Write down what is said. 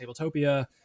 tabletopia